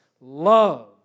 Love